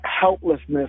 helplessness